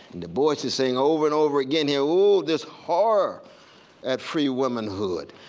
du bois is saying over and over again here, oh this horror at free womanhood,